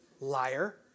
Liar